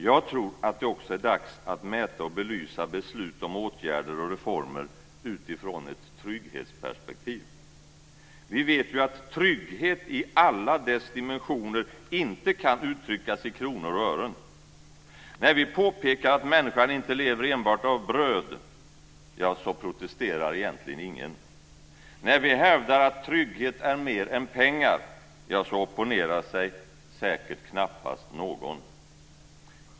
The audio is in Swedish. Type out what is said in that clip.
Jag tror att det också är dags att mäta och belysa beslut om åtgärder och reformer utifrån ett trygghetsperspektiv. Vi vet ju att trygghet i alla dess dimensioner inte kan uttryckas i kronor och ören. När vi påpekar att människan inte lever enbart av bröd protesterar egentligen ingen. När vi hävdar att trygghet är mer än pengar opponerar sig knappast någon.